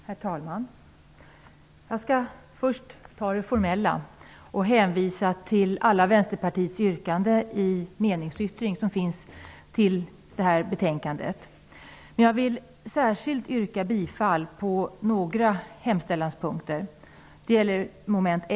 Herr talman! Jag skall först ta det formella och hänvisa till alla Vänsterpartiets yrkanden i den meningsyttring som är fogad till betänkandet. Jag vill särskilt yrka bifall på några hemställanspunkter.